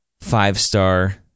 five-star